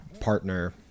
partner